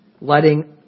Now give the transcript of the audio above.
letting